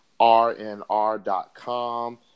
RNR.com